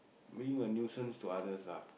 being a nuisance to others lah